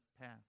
path